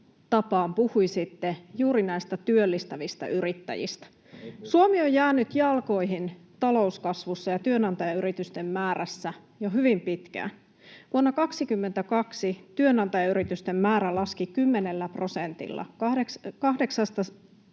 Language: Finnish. puhuisitte juuri näistä työllistävistä yrittäjistä. Suomi on jäänyt jalkoihin talouskasvussa ja työnantajayritysten määrässä jo hyvin pitkään. Vuonna 22 työnantajayritysten määrä laski kymmenellä prosentilla,